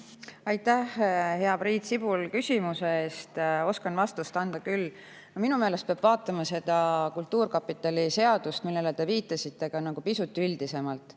Aitäh, hea Priit Sibul, küsimuse eest! Oskan vastust anda küll. Minu meelest peab vaatama seda kultuurkapitali seadust, millele te viitasite, pisut üldisemalt.